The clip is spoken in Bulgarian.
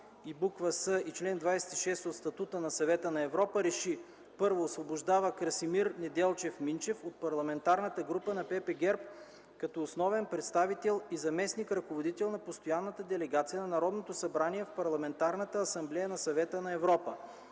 и буква „с” и чл. 26 от статута на Съвета на Европа РЕШИ: 1. Освобождава Красимир Неделчев Минчев от Парламентарната група на Политическа партия ГЕРБ като основен представител и заместник-ръководител на Постоянната делегация на Народното събрание в Парламентарната асамблея на Съвета на Европа.